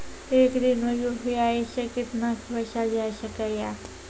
एक दिन मे यु.पी.आई से कितना पैसा जाय सके या?